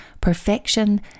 perfection